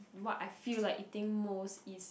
what I feel like eating most is